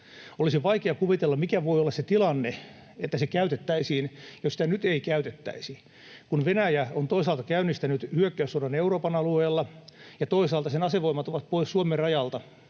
Olisi vaikea kuvitella, mikä voi olla se tilanne, että se käytettäisiin, jos sitä nyt ei käytettäisi, kun Venäjä on toisaalta käynnistänyt hyökkäyssodan Euroopan alueella ja toisaalta sen asevoimat ovat pois Suomen rajalta.